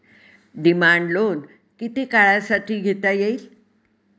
Demand loan किती काळासाठी घेता येईल?